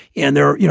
and there, you know